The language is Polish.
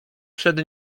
przed